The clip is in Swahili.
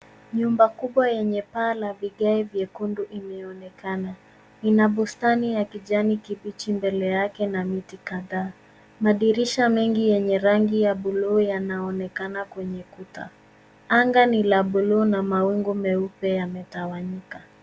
Nyumba kubwa yenye paa la vigae vyekundu imeonekana. Ina bustani ya kijani kibichi mbele yake na miti kadhaa. Madirisha mengi yenye rangi ya buluu yanaonekana kwenye kuta. Anga ni la buluu na mawingu meupe yametawanyika.